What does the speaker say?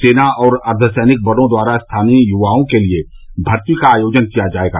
सेना और अर्द्ध सैनिक बलों द्वारा स्थानीय युवाओं के लिए भर्ती का आयोजन किया जाएगा